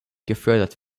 gefördert